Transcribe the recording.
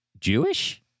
Jewish